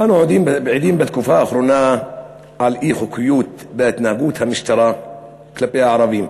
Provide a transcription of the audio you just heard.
אנו עדים בתקופה האחרונה לאי-חוקיות בהתנהגות המשטרה כלפי הערבים.